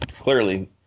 clearly